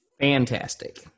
Fantastic